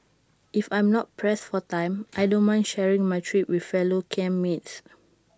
if I'm not pressed for time I don't mind sharing my trip with fellow camp mates